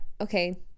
okay